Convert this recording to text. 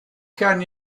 can